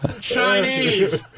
Chinese